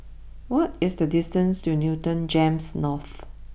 what is the distance to Newton Gems North